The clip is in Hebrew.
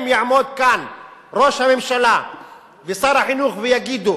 אם יעמדו כאן ראש הממשלה ושר החינוך ויגידו